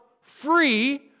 free